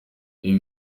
ibi